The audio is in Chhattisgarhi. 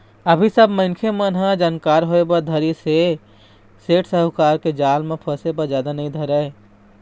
अभी सब मनखे मन ह जानकार होय बर धरिस ऐ सेठ साहूकार के जाल म फसे बर जादा नइ धरय